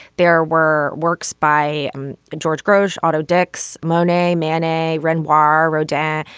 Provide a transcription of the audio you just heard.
there were works by george grows auto dix monet manet renoir rodarte.